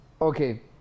Okay